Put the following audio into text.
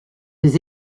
des